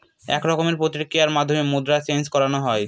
এক রকমের প্রক্রিয়ার মাধ্যমে মুদ্রা চেন্জ করানো হয়